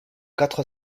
quatre